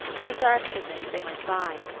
who glanced at him as they went by.